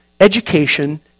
education